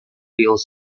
reveals